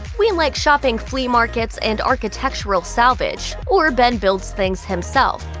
we like shopping flea markets and architectural salvage, or ben builds things himself.